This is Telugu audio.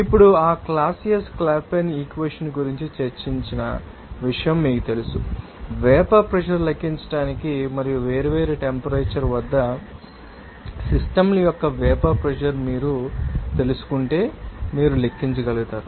ఇప్పుడు ఆ క్లాసియస్ క్లాపెరాన్ ఈక్వెషన్ గురించి చర్చించిన విషయం మీకు తెలుసు వేపర్ ప్రెషర్ లెక్కించడానికి మరియు వేర్వేరు టెంపరేచర్ వద్ద సిస్టమ్ ల యొక్క వేపర్ ప్రెషర్ మీరు తెలుసుకుంటే మీరు లెక్కించగలుగుతారు